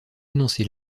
énoncé